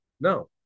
No